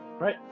right